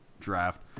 draft